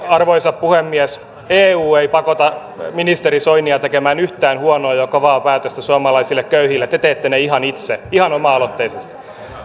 arvoisa puhemies eu ei pakota ministeri soinia tekemään yhtään huonoa ja kovaa päätöstä suomalaisille köyhille te teette ne ihan itse ihan oma aloitteisesti